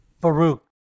Baruch